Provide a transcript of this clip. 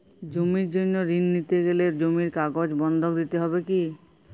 জমির জন্য ঋন নিতে গেলে জমির কাগজ বন্ধক দিতে হবে কি?